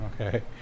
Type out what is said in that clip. Okay